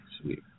Sweet